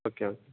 okay